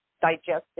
digestive